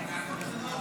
לא נתקבלה.